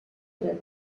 der